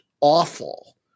awful